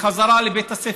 בחזרה לבית הספר,